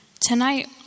tonight